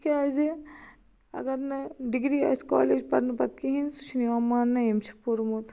تِکیازِ اگر نہ ڈِگری آسہِ کالیج پرنہٕ پتہٕ کِہیٚنہ سُہ چھُ نہ یِوان مانہٕ نی یِم چھُ پُرمُت